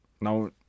Now